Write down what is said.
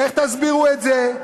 איך תסבירו את זה?